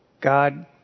God